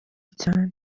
cyane